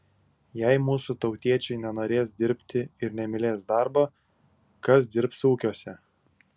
jei mūsų tautiečiai nenorės dirbti ir nemylės darbo kas dirbs ūkiuose